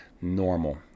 normal